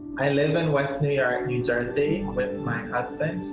i live in west new york, new jersey, with my husband,